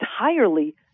entirely